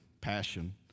passion